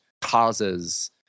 causes –